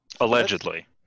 Allegedly